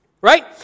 Right